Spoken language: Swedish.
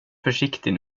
försiktig